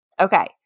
Okay